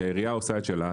כי העירייה עושה את שלה,